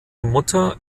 mutter